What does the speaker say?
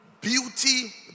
Beauty